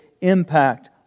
impact